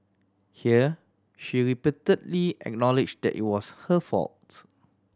here she repeatedly acknowledge that it was her faults